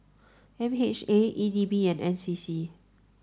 M H A E D B and N C C